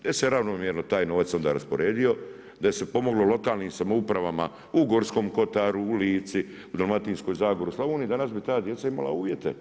Da se ravnomjerno taj novac onda rasporedio, da se pomoglo lokalnim samoupravama u Gorskom Kotaru, u Lici, u Dalmatinskoj Zagori, u Slavoniji danas bi ta djeca imala uvjete.